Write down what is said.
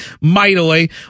mightily